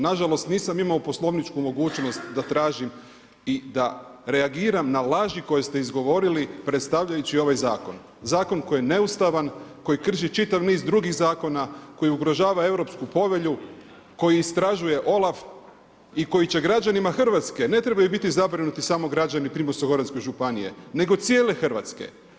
Nažalost, nisam imao poslovničku mogućnost da tražim i da reagiram na laži koje ste izgovorili predstavljajući ovaj zakon, zakon koji neustavan, koji krši čitav niz drugih zakona, koji ugrožava europsku povelju, koji istražuje OLAF i koji će građanima Hrvatske, ne trebaju biti zabrinuti samo građani Primorsko gorske županije, nego cijele Hrvatske.